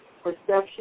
perception